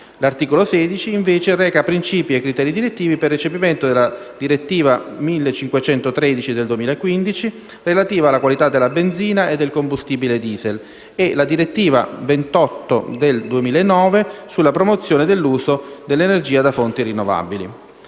l'articolo 16, invece, reca principi e criteri direttivi per il recepimento della direttiva europea 1513 del 2015, relativa alla qualità della benzina e del combustibile *diesel*, e la direttiva comunitaria n. 28 del 2009 sulla promozione dell'uso dell'energia da fonti rinnovabili.